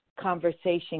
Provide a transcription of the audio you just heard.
conversation